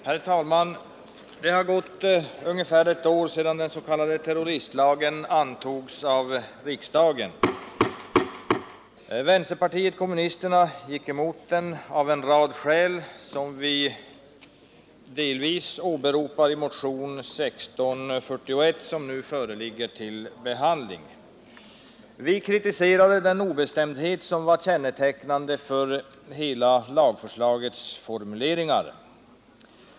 Herr talman! Det har gått ungefär ett år sedan den s.k. terroristlagen antogs av riksdagen. Vänsterpartiet kommunisterna gick emot den av en rad skäl, som vi återigen åberopar i motionen 1641 som nu föreligger till behandling. Vi kritiserade den obestämdhet som var kännetecknande för lagförslagets formuleringar.